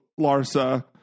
Larsa